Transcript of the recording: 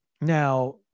now